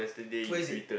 where is it